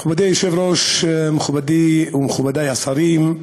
מכובדי היושב-ראש, מכובדי ומכובדי השרים,